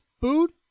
food